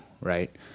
right